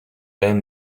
علم